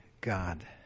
God